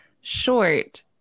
short